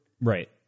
Right